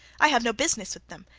i have no business with them.